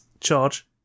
Charge